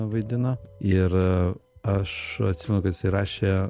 vaidino ir aš atsimenu kad jisai rašė